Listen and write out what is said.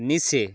নিচে